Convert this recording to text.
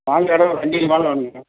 நாலரடி அஞ்சடி மாலை வேணுங்க